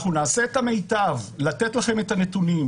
אנחנו נעשה את המיטב לתת לכם את הנתונים.